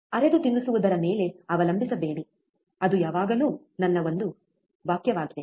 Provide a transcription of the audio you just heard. ಅರೆದು ತಿನ್ನಿಸುವುದರಮೇಲೆ ಅವಲಂಬಿಸಬೇಡಿ ಅದು ಯಾವಾಗಲೂ ನನ್ನ ಒಂದು ವಾಕ್ಯವಾಗಿದೆ